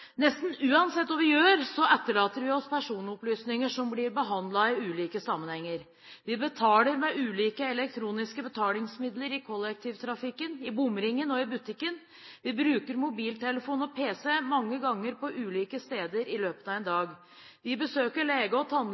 Nesten uansett hva vi gjør, etterlater vi oss personopplysninger som blir behandlet i ulike sammenhenger. Vi betaler med ulike elektroniske betalingsmidler i kollektivtrafikken, i bomringen og i butikken. Vi bruker mobiltelefon og pc mange ganger, på ulike steder, i løpet av en dag. Vi besøker lege og